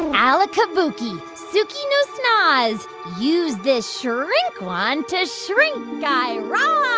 alakabooky, sooky no snaz, use this shrink wand to shrink guy raz.